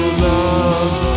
love